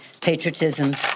patriotism